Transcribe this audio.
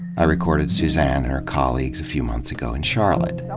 i recorded suzanne and her colleagues a few months ago in charlotte.